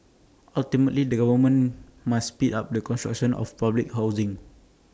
ultimately the government must speed up the construction of public housing